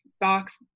box